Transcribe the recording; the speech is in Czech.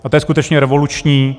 A to je skutečně revoluční.